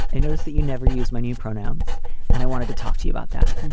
i noticed that you never use my new pronouns and i wanted to talk to you about that.